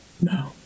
no